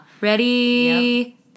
ready